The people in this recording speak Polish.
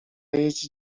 jeździ